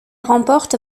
remporte